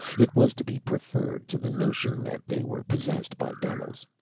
it was to be preferred to the notion that they were possessed by devils.